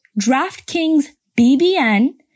DraftKingsBBN